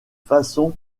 façon